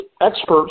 experts